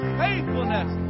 faithfulness